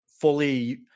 fully